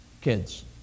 kids